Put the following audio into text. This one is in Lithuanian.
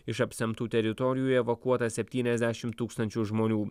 iš apsemtų teritorijų evakuota septyniasdešim tūkstančių žmonių